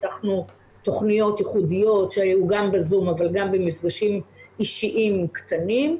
פיתחנו תוכניות ייחודיות שהיו גם בזום אבל גם במפגשים אישיים קטנים.